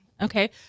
Okay